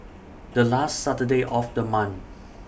The last Saturday of The month